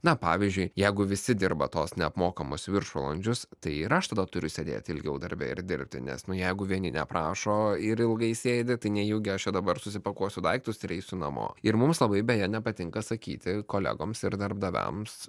na pavyzdžiui jeigu visi dirba tuos neapmokamus viršvalandžius tai ir aš tada turiu sėdėti ilgiau darbe ir dirbti nes nu jeigu vieni neprašo ir ilgai sėdi tai nejaugi aš čia dabar susipakuosiu daiktus ir eisiu namo ir mums labai beje nepatinka sakyti kolegoms ir darbdaviams